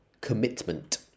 commitment